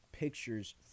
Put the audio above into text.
pictures